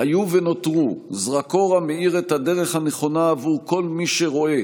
היו ונותרו זרקור המאיר את הדרך הנכונה עבור כל מי שרואה